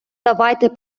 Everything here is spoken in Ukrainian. давайте